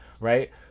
Right